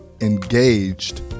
engaged